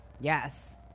Yes